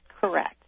correct